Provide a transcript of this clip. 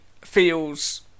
feels